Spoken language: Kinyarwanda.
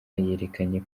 yerekanye